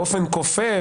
באופן כופה,